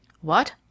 What